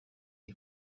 iyi